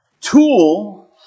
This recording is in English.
tool